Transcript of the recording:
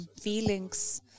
feelings